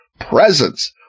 presence